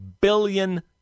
billion